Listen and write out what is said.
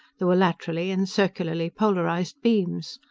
there were laterally and circularly polarized beams.